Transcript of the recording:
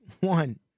One